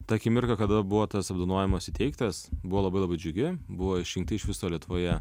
tą akimirką kada buvo tas apdovanojimas įteiktas buvo labai labai džiugi buvo išrinkti iš viso lietuvoje